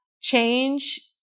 change